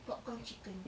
popcorn chicken